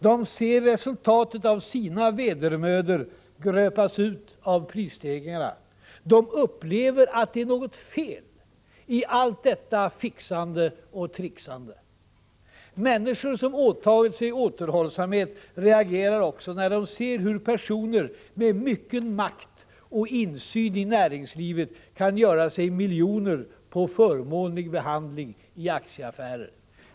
De ser resultatet av sina vedermödor gröpas ur av prisstegringarna. De upplever att något är fel i allt detta fixande och trixande. Människor som åtagit sig återhållsamhet reagerar också när de ser hur personer med mycket makt och insyn i näringslivet kan göra sig miljoner på förmånlig behandling i aktieaffärer.